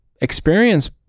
experience